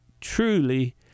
truly